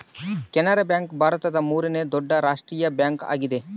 Canara bank ಭಾರತದ ಮೂರನೇ ದೊಡ್ಡ ರಾಷ್ಟ್ರೀಯ ಬ್ಯಾಂಕ್ ಆಗಿದೆ